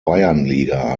bayernliga